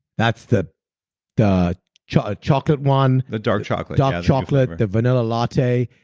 that's the the chocolate chocolate one the dark chocolate dark chocolate. the vanilla latte.